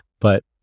But-